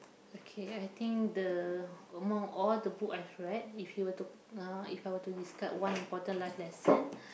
okay I think the among all the book I've read if you were to uh if I were to describe one important life lesson